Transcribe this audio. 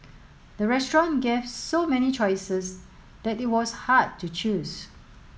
the restaurant gave so many choices that it was hard to choose